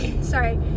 sorry